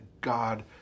God